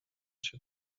się